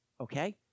okay